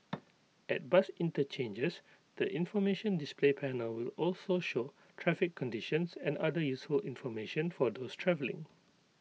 at bus interchanges the information display panel will also show traffic conditions and other useful information for those travelling